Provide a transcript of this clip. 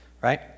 right